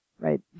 right